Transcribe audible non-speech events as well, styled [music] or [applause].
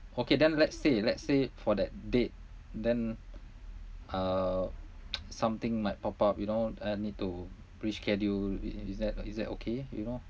okay then let's say let's say for that date then uh [noise] something might pop up you know and I need to reschedule is that is that okay you know